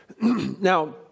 Now